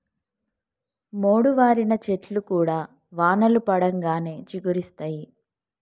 మోడువారిన చెట్లు కూడా వానలు పడంగానే చిగురిస్తయి